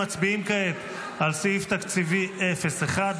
מצביעים כעת על סעיף תקציבי 01,